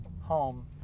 home